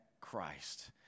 Christ